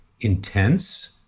intense